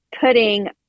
putting